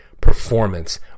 performance